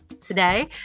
today